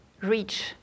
reach